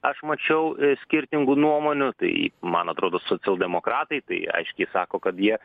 aš mačiau skirtingų nuomonių tai man atrodo socialdemokratai tai aiškiai sako kad jie